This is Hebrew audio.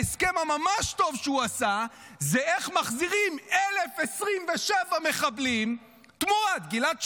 ההסכם הממש-טוב שהוא עשה זה איך מחזירים 1,027 מחבלים תמורת גלעד שליט,